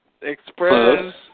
Express